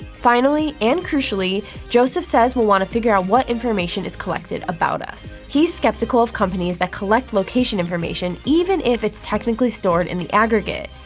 finally and crucially, joseph says we'll wanna figure out what information is collected about us. he's skeptical of companies that collect location information, even if it's technically stored in the aggregate,